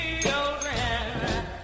children